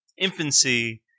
infancy